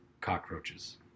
cockroaches